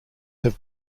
have